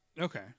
Okay